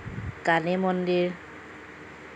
কালি মন্দিৰ